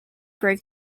break